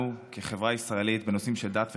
כחברה ישראלית בנושאים של דת ומדינה.